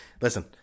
Listen